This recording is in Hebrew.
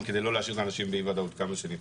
כדי לא להשאיר אנשים באי ודאות כמה שניתן.